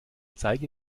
zeige